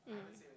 mm